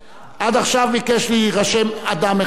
עד עכשיו ביקש להירשם אדם אחד.